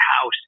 house